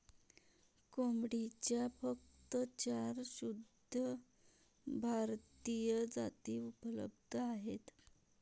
कोंबडीच्या फक्त चार शुद्ध भारतीय जाती उपलब्ध आहेत